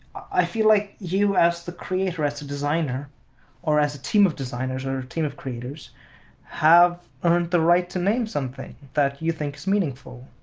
i feel like you as the creator as a designer or as a team of designers or team of creators have earned the right to name something that you think is meaningful.